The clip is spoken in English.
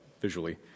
visually